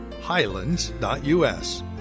highlands.us